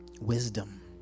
wisdom